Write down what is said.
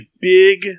big